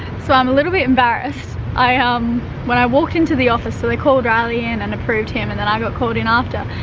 so i'm a little bit embarrassed. um when i walked into the office, so they called riley in and approved him, and then i got called in after,